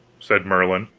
said merlin,